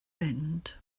fynd